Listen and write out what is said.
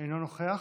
אינו נוכח,